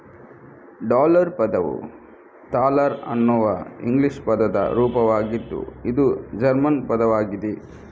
dollar ಪದವು thaler ಅನ್ನುವ English ಪದದ ರೂಪವಾಗಿದ್ದು ಇದು ಜರ್ಮನ್ ಪದವಾಗಿದೆ